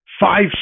five